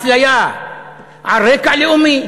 אפליה על רקע לאומי,